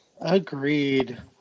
Agreed